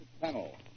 panel